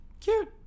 Cute